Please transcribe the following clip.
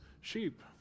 sheep